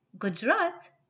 Gujarat